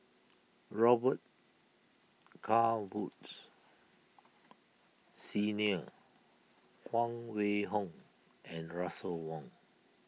Robet Carr Woods Senior Huang Wenhong and Russel Wong